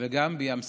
וגם בים סוף.